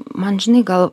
man žinai gal